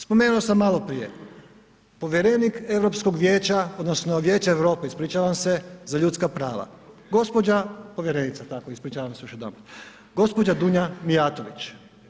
Spomenuo sam maloprije povjerenik Europskog vijeća odnosno Vijeća Europe, ispričavam se, za ljudska prava gospođa povjerenica, ispričavam se još jedanput, gospođa Dunja Mijatović.